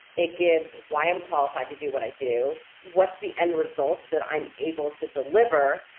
it gives why i'm qualified to do what i do, what's the end results that i'm able to deliver,